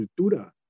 cultura